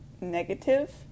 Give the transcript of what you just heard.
negative